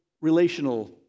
relational